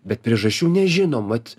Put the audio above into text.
bet priežasčių nežinom vat